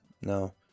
no